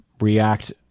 react